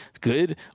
good